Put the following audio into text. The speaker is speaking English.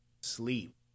sleep